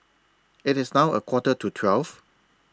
IT IS now A Quarter to twelve